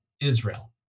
Israel